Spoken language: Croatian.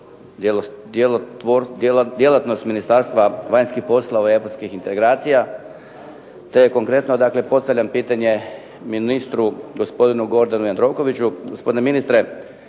djelatnost Ministarstva vanjskih poslova i europskih integracija te je konkretno. Postavljam pitanje ministru gospodinu Gordanu Jandrokoviću. Gospodine ministre,